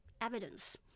evidence